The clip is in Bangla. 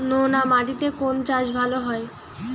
নোনা মাটিতে কোন চাষ ভালো হয়?